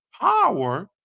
power